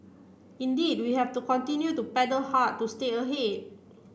indeed we have to continue to paddle hard to stay ahead